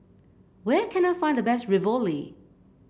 where can I find the best Ravioli